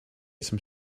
some